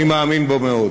אני מאמין בו מאוד,